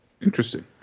interesting